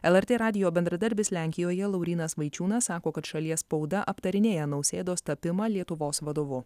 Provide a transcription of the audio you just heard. lrt radijo bendradarbis lenkijoje laurynas vaičiūnas sako kad šalies spauda aptarinėja nausėdos tapimą lietuvos vadovu